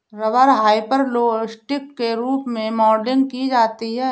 rubber hyperelastic के रूप में मॉडलिंग की जाती है